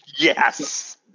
Yes